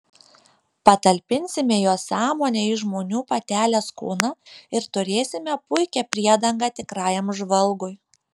patalpinsime jos sąmonę į žmonių patelės kūną ir turėsime puikią priedangą tikrajam žvalgui